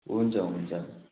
हुन्छ हुन्छ